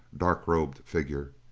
dark-robed figure.